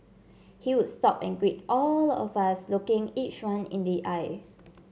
he would stop and greet all of us looking each one in the eye